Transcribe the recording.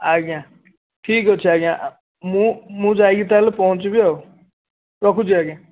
ଆଜ୍ଞା ଠିକ୍ ଅଛି ଆଜ୍ଞା ମୁଁ ମୁଁ ଯାଇକି ତା'ହେଲେ ପହଁଚଞ୍ଚିବି ଆଉ ରଖୁଛି ଆଜ୍ଞା